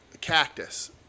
Cactus